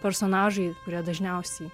personažai kurie dažniausiai